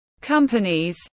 companies